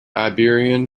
iberian